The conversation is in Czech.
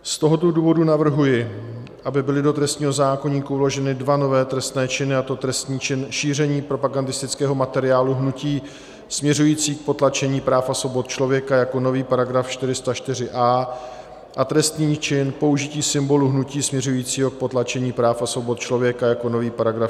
Z tohoto důvodu navrhuji, aby byly do trestního zákoníku vloženy dva nové trestné činy, a to trestný čin šíření propagandistického materiálu hnutí směřujícího k potlačení práv a svobod člověka jako nový § 404a a trestný čin použití symbolu hnutí směřující k potlačení práv a svobod člověka jako nový § 404b.